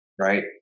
Right